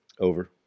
Over